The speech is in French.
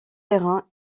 terrain